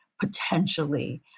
potentially